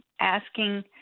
asking